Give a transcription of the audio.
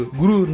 guru